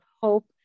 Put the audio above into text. hope